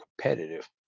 competitive